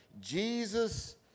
Jesus